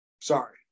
sorry